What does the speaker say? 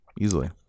Easily